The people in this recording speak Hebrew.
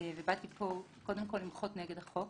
באתי לפה קודם כל כדי למחות נגד החוק.